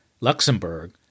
Luxembourg